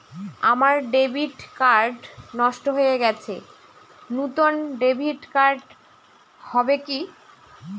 আমার debit card নষ্ট হয়ে গেছে নূতন ডেবিট কার্ড হবে কি?